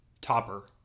Topper